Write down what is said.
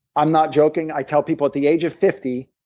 i'm not joking. i tell people, at the age of fifty,